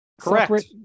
correct